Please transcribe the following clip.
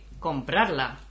Comprarla